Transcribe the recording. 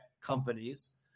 companies